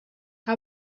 how